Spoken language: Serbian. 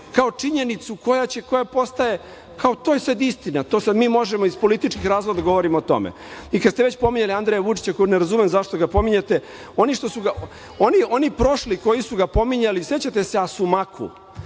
kao činjenicu koja postaje, kao to je sad istina, to sad mi možemo iz političkih razloga da govorimo o tome. Kad ste već pominjali Andreja Vučića, kog ne razumem zašto ga pominjete, oni što su ga, oni prošli koji su ga pominjali, sećate se „Asumakum“,